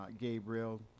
Gabriel